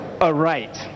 aright